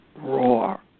roar